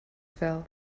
fell